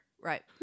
Right